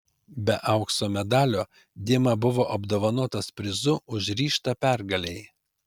be aukso medalio dima buvo apdovanotas prizu už ryžtą pergalei